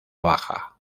baja